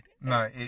No